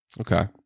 okay